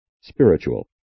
Spiritual